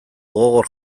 gogor